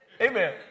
Amen